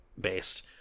based